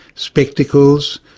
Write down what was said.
spectacles,